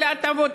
כל ההטבות,